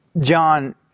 John